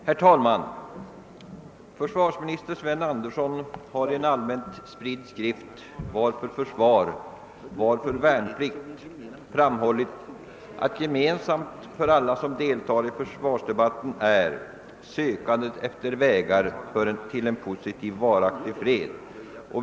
Herr talman! Försvarsminister Sven Andersson har i en allmänt spridd skrift, Varför försvar — varför värnplikt? framhållit att gemensamt för alla som deltar i försvarsdebatten är »sökande efter vägar till en positivt var aktig fred».